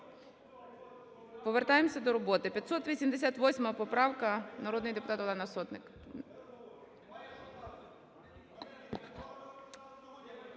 Повертаємось до роботи.